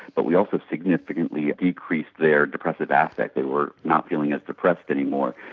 but we also significantly decreased their depressive aspect, they were not feeling as depressed anymore.